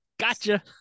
gotcha